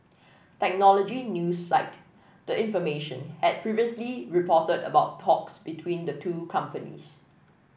technology news site the information had previously reported about talks between the two companies